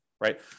right